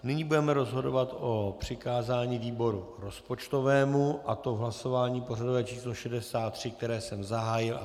Nyní budeme rozhodovat o přikázání výboru rozpočtovému, a to v hlasování pořadové číslo 63, které jsem zahájil.